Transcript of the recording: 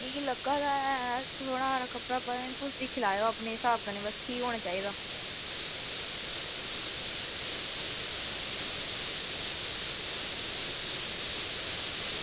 मिगी लग्गा दा की पुट्टोना ऐ जां नेईं कपड़ा तुस दिक्खी लैयो अपने स्हाब कन्नै बस ठीक होना चाहिदा